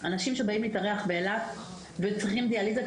אנשים שבאים להתארח באילת והיו צריכים דיאליזה,